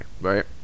right